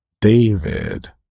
David